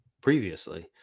previously